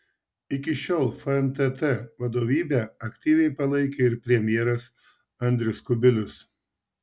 iki šiol fntt vadovybę aktyviai palaikė ir premjeras andrius kubilius